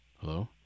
Hello